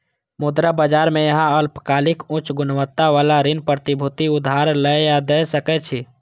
मुद्रा बाजार मे अहां अल्पकालिक, उच्च गुणवत्ता बला ऋण प्रतिभूति उधार लए या दै सकै छी